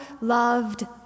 loved